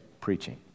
preaching